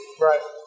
Right